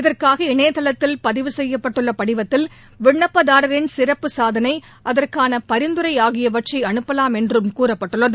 இதற்காக இணையதளத்தில் பதிவு செய்யப்பட்டுள்ள படிவத்தில் விண்ணப்பதாரரின் சிறப்பு சாதனை அதற்கான பரிந்துரை ஆகியவற்றை அனுப்பலாம் என்றும் கூறப்பட்டுள்ளது